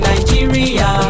Nigeria